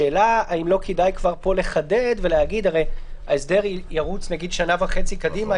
השאלה האם לא כדאי כבר פה לחדד ולהגיד הרי ההסדר ירוץ שנה וחצי קדימה.